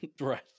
Right